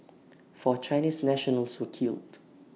four Chinese nationals were killed